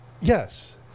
Yes